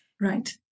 Right